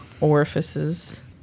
orifices